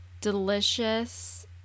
delicious